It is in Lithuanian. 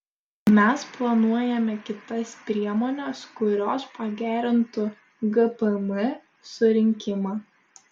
mes planuojame kitas priemones kurios pagerintų gpm surinkimą